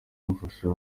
umufasha